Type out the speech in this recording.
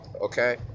Okay